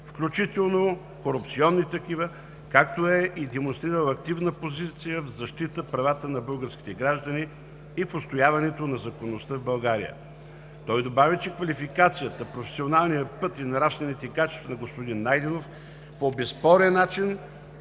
включително корупционни такива, както е и демонстрирал активна позиция в защита правата на българските граждани и в отстояването на законността в България. Той добави, че квалификацията, професионалният път и нравствените качества на господин Найденов по безспорен начин